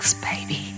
baby